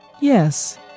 Yes